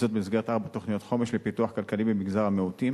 במסגרת ארבע תוכניות חומש לפיתוח כלכלי במגזר המיעוטים,